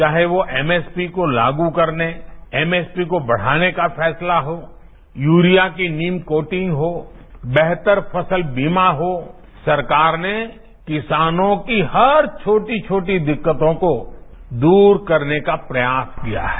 चाहे वो एमएसपी को लागू करने एमएसपी को बढ़ाने का फैसला हो यूरिया की नीम कोटिंग हो बेहतर फसल बीमा हो सरकार ने किसानों की हर छोटी छोटी दिक्कतों को दूर करने का प्रयास किया है